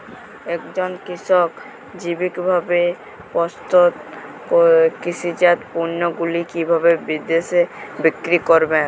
একজন কৃষক জৈবিকভাবে প্রস্তুত কৃষিজাত পণ্যগুলি কিভাবে বিদেশে বিক্রি করবেন?